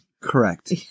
Correct